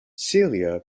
celia